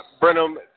Brenham